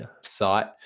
site